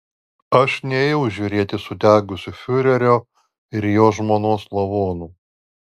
aš nėjau žiūrėti sudegusių fiurerio ir jo žmonos lavonų